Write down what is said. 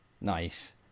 Nice